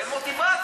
אין מוטיבציות.